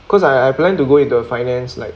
cause I I plan to go into a finance like